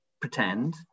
pretend